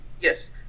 Yes